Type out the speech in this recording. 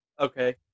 Okay